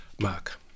Mark